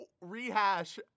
rehash